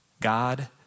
God